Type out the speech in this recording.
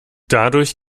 dadurch